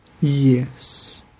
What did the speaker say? Yes